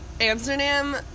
Amsterdam